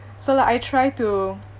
so like I try to